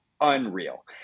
unreal